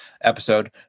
episode